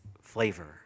flavor